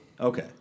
Okay